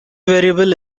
variable